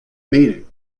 meeting